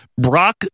Brock